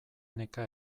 neka